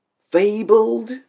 Fabled